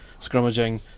scrummaging